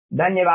धन्यवाद